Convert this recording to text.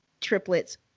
triplets